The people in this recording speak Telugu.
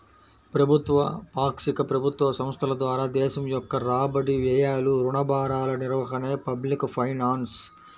ప్రభుత్వ, పాక్షిక ప్రభుత్వ సంస్థల ద్వారా దేశం యొక్క రాబడి, వ్యయాలు, రుణ భారాల నిర్వహణే పబ్లిక్ ఫైనాన్స్